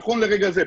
נכון לרגע זה,